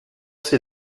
c’est